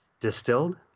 Distilled